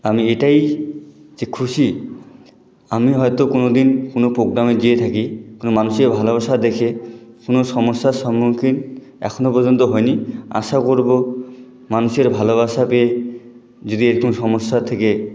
আমি এটাই যে খুশি আমি হয়তো কোনোদিন কোনো প্রোগ্রামে যেয়ে থাকি কোনও মানুষের ভালোবাসা দেখে কোনও সমস্যার সম্মুখীন এখনও পর্যন্ত হইনি আশা করব মানুষের ভালোবাসা পেয়ে যদি একটু সমস্যা থেকে